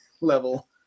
level